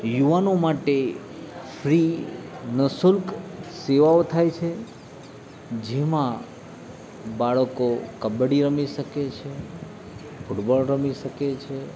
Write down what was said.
યુવાનો માટે ફ્રી નિઃશુલ્ક સેવાઓ થાય છે જેમાં બાળકો કબડ્ડી રમી શકે છે ફૂટબોલ રમી શકે છે